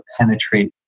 penetrate